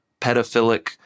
pedophilic